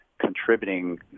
contributing